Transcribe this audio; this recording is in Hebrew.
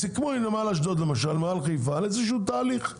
נמל חיפה סיכמו עם נמל אשדוד על איזשהו תהליך.